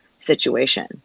situation